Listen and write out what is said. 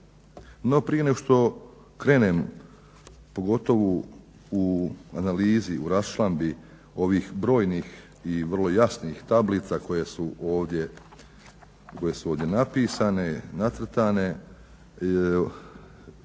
prije nego što krenem pogotovo u analizi, u raščlambi ovih brojnih i vrlo jasnih tablica koje su ovdje napisane, nacrtane